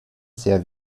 sehr